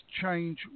change